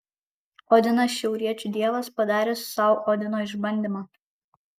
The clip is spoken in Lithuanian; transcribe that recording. odinas šiauriečių dievas padaręs sau odino išbandymą